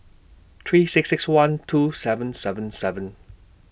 three six six one two seven seven seven